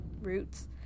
roots